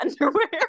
underwear